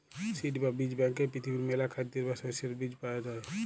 seed বা বীজ ব্যাংকে পৃথিবীর মেলা খাদ্যের বা শস্যের বীজ পায়া যাই